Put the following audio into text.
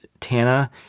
Tana